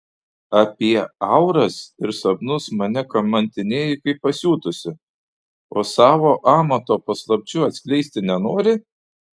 apie auras ir sapnus mane kamantinėji kaip pasiutusi o savo amato paslapčių atskleisti nenori